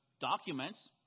documents